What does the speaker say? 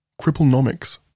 Cripplenomics